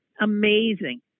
Amazing